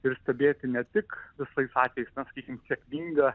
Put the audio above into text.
ir stebėti ne tik visais atvejais sakykim sėkmingą